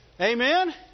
Amen